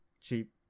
cheap